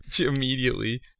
Immediately